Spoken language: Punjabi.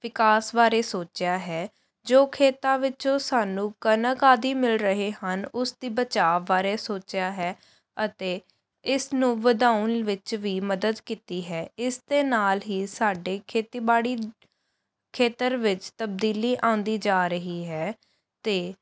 ਵਿਕਾਸ ਬਾਰੇ ਸੋਚਿਆ ਹੈ ਜੋ ਖੇਤਾਂ ਵਿੱਚੋਂ ਸਾਨੂੰ ਕਣਕ ਆਦਿ ਮਿਲ ਰਹੇ ਹਨ ਉਸ ਦੀ ਬਚਾਅ ਬਾਰੇ ਸੋਚਿਆ ਹੈ ਅਤੇ ਇਸ ਨੂੰ ਵਧਾਉਣ ਵਿੱਚ ਵੀ ਮਦਦ ਕੀਤੀ ਹੈ ਇਸ ਦੇ ਨਾਲ ਹੀ ਸਾਡੇ ਖੇਤੀਬਾੜੀ ਖੇਤਰ ਵਿੱਚ ਤਬਦੀਲੀ ਆਉਂਦੀ ਜਾ ਰਹੀ ਹੈ ਅਤੇ